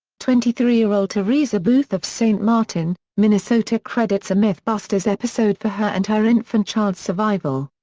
twenty-three-year-old theresa booth of st. martin, minnesota credits a mythbusters episode for her and her infant child's survival.